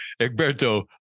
Egberto